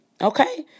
Okay